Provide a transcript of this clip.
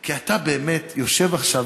כי אתה באמת יושב עכשיו,